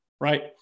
right